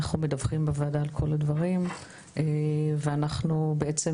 אנחנו מדווחים בוועדה על כל הדברים ואנחנו בעצם